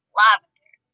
lavender